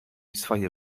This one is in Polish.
swoje